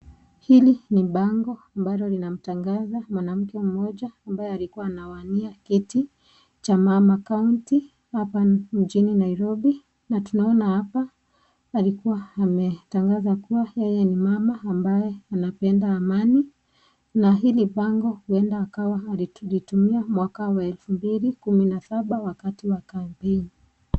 Hili ni bango ambalo lina tangaza mwanamke mmoja ambaye aklikuwa ana wania kiti cha mama kaunti hapa mjini Nairobi, na tuna ona hapa palikuwa yeye ni mama ambaye ana penda amani, na hili bango huenda akawa alitumia mwaka wa elfu mbili kumi na saba wakati wa kampeni.